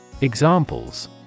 Examples